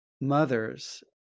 mothers